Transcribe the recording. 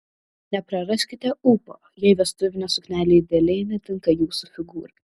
nepraraskite ūpo jei vestuvinė suknelė idealiai netinka jūsų figūrai